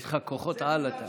יש לך כוחות על, אתה.